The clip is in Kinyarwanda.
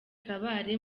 kabale